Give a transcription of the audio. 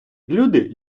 люди